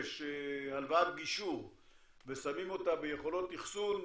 הלוואת גישור ושמים אותה ביכולות אחסון,